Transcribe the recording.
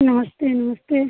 नमस्ते नमस्ते